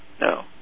No